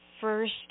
first